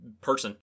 person